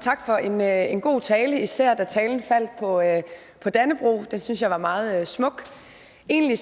tak for en god tale, især da talen faldt på Dannebrog – den synes jeg var meget smuk. Egentlig